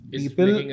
people